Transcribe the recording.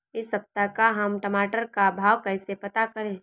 इस सप्ताह का हम टमाटर का भाव कैसे पता करें?